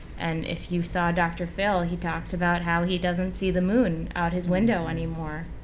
and if you saw doctor phil, he talked about how he doesn't see the moon out his window anymore.